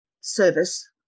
service